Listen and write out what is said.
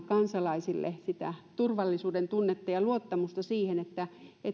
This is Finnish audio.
kansalaisille sitä turvallisuudentunnetta ja luottamusta siihen että